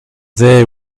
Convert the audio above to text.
they